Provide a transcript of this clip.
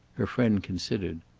her friend considered.